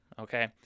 Okay